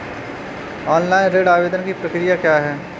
Online ऋण आवेदन की प्रक्रिया क्या है?